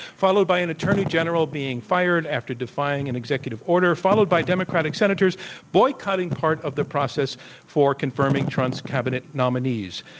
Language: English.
followed by an attorney general being fired after defying an executive order, followed by democratic senators boycotting part of the process for confirming trump's cabinet nominees.